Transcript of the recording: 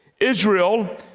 Israel